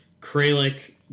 Kralik